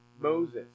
Moses